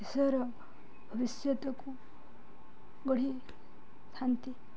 ଦେଶର ଭବିଷ୍ୟତକୁ ଗଢ଼ି ଥାନ୍ତି